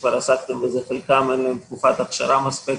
לחלק מהם אין תקופת הכשרה נדרשת,